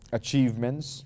achievements